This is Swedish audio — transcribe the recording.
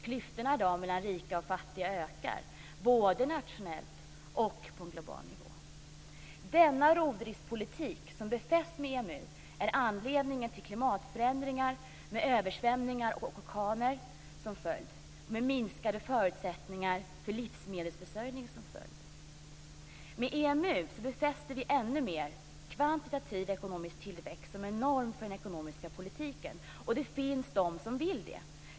Klyftan mellan fattiga och rika ökar i dag, både nationellt och på global nivå. Denna rovdriftspolitik, som befästs med EMU, är anledningen till klimatförändringar med översvämningar och orkaner. På detta följer även minskade förutsättningar för livsmedelsförsörjning. Med EMU befäster vi än mer den kvantitativa ekonomiska tillväxten som en norm för den ekonomiska politiken, och det finns de som vill det.